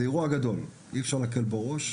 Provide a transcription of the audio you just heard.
זה אירוע גדול, אי אפשר להקל בו ראש.